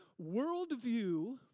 worldview